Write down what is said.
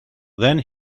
then